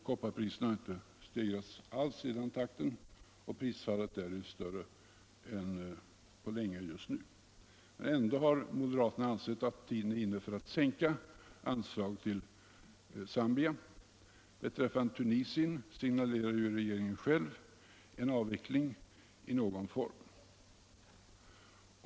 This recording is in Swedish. Kopparpriserna har inte alls stegrats i samma takt som sockerpriserna, och prisfallet just nu är större än på länge. Ändå har moderaterna ansett att tiden är inne för att sänka anslaget till Zambia. Beträffande Tunisien signalerar regeringen själv en avveckling i någon form.